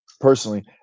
Personally